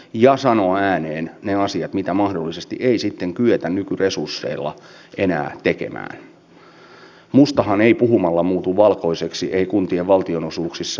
ja sano ääneen ne asiat mitä mahdollisesti tutkimuslaboratorion suuret neutroni ilmaisimet tulee sijoittaa syvälle maan alle sopivan etäisyyden päähän cernistä